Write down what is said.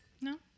No